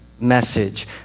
message